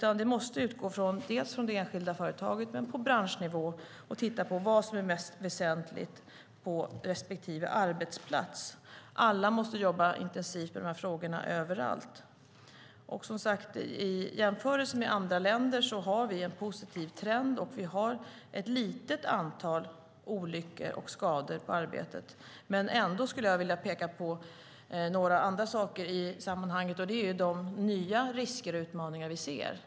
Arbetet måste utgå från det enskilda företaget och ske på branschnivå. Man måste titta på vad som är mest väsentligt på respektive arbetsplats. Alla måste jobba intensivt med dessa frågor överallt. I jämförelse med andra länder har vi en positiv trend och ett litet antal olyckor och skador på arbetet. Jag vill peka på några andra saker i sammanhanget. Det är de nya risker och utmaningar vi ser.